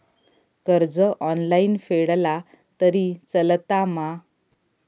कर्ज ऑनलाइन फेडला तरी चलता मा?